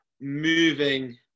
moving